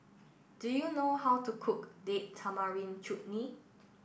do you know how to cook Date Tamarind Chutney